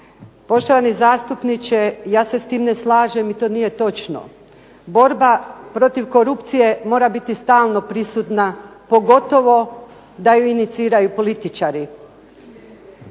Poštovani zastupniče ja se s tim ne slažem i to nije točno. Borba protiv korupcije mora biti stalno prisutna pogotovo da je iniciraju političari.